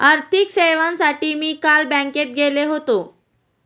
आर्थिक सेवांसाठी मी काल बँकेत गेलो होतो